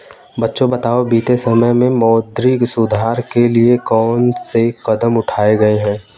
बच्चों बताओ बीते समय में मौद्रिक सुधार के लिए कौन से कदम उठाऐ गए है?